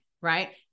right